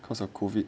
cause of COVID